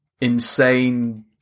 insane